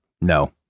no